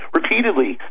repeatedly